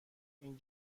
این